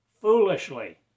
foolishly